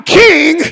king